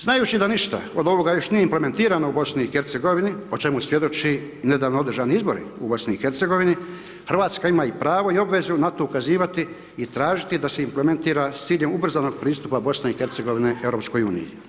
Znajući da ništa od ovoga još nije implementirano u BIH o čemu i svjedoči nedavno održavani izbori u BIH, Hrvatska ima i pravo i obvezu na to ukazivati i tražiti da se implementira s ciljem ubrzanog pristupa BIH EU.